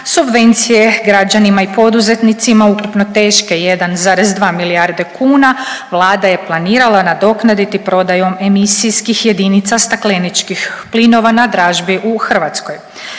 subvencije građanima i poduzetnicima, ukupno teške 1,2 milijarde kuna Vlada je planirala nadoknaditi prodajom emisijskih jedinica stakleničkih plinova na dražbi u Hrvatskoj.